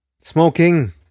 smoking